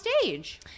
stage